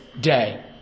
day